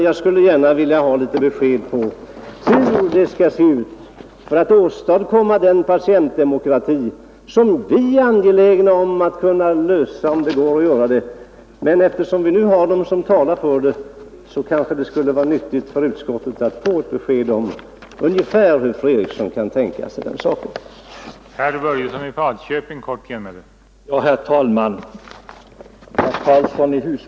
Jag skulle vilja ha besked om hur det skall gå till att åstadkomma den patientdemokrati som vi är angelägna om att införa, om detta är möjligt. Eftersom vi nu hos oss har talesmän för detta krav, skulle det vara nyttigt för oss i utskottet att få ett besked av fru Eriksson om hur hon har tänkt sig att genomföra detta.